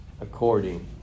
according